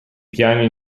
piani